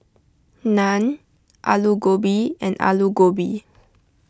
Naan Alu Gobi and Alu Gobi